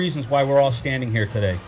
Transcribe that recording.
reasons why we're all standing here today